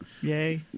yay